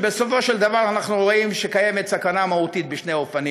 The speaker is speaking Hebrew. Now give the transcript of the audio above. ובסופו של דבר אנחנו רואים שקיימת סכנה מהותית בשני אופנים: